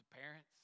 parents